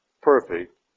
perfect